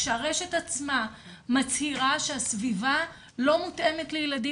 כשהרשת עצמה מצהירה שהסביבה לא מותאמת לילדים